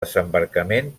desembarcament